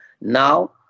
Now